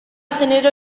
genero